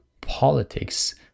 politics